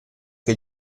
que